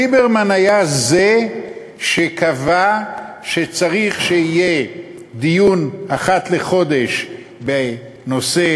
ליברמן היה זה שקבע שצריך שיהיה דיון אחת לחודש בנושא